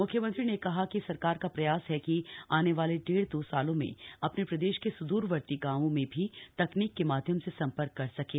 मुख्यमंत्री ने कहा कि सरकार का प्रयास है कि आने वाले डेढ़ दो सालों में अपने प्रदेश के सुद्रवर्ती गांवों में भी तकनीक के माध्यम से सम्पर्क कर सकें